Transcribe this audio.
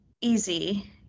easy